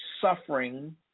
suffering